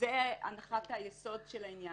וזה הנחת היסוד של העניין.